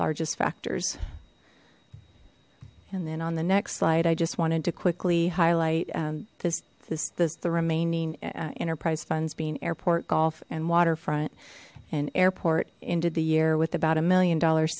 largest factors and then on the next slide i just wanted to quickly highlight and this this the remaining enterprise funds being airport golf and waterfront and airport ended the year with about a million dollar